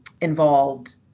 involved